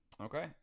Okay